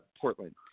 Portland